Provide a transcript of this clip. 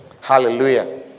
Hallelujah